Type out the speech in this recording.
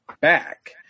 back